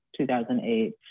2008